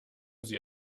sie